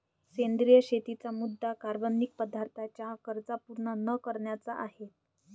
सेंद्रिय शेतीचा मुद्या कार्बनिक पदार्थांच्या गरजा पूर्ण न करण्याचा आहे